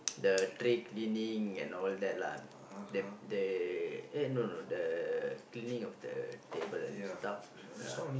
the tray cleaning and all that lah they they eh no no the cleaning of the table and stuff ya